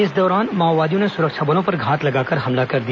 इस दौरान माओवादियों ने सुरक्षा बलों पर घात लगाकर हमला कर दिया